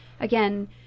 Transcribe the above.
again